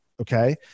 okay